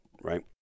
right